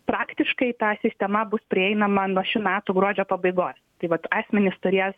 praktiškai ta sistema bus prieinama nuo šių metų gruodžio pabaigos tai vat asmenys turės